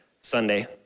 Sunday